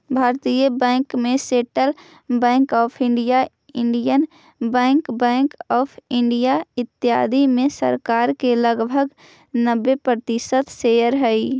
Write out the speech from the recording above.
भारतीय बैंक में central bank of India, Indian bank, bank of India, इत्यादि में सरकार के लगभग नब्बे प्रतिशत शेयर हइ